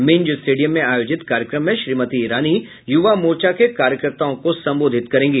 Minz stadium में आयोजित कार्यक्रम में श्रीमती ईरानी युवा मोर्चा के कार्यकर्ताओं को संबोधित करेंगी